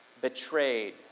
betrayed